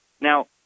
Now